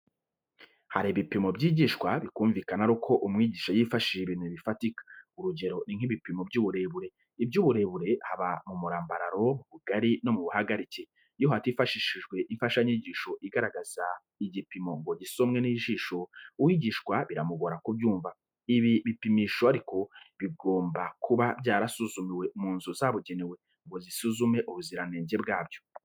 Hari ibintu byigishwa bikumvikana ari uko umwigisha yifashishije ibintu bifatika. Urugero ni nk'ibipimo by'uburemere, iby'uburebure, haba mu murambararo, mu bugari no mu buhagarike. Iyo hatifashishijwe imfashanyigisho igaragaza igipimo ngo gisomwe n'ijisho, uwigishwa biramugora kubyumva. Ibi bipimisho ariko bigoma kuba byarasuzumiwe mu nzu zabugenewe ngo zisuzume ubuziranenge bwabyo.